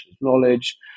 knowledge